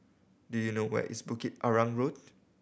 do you know where is Bukit Arang Road